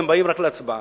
הם באים רק להצבעה.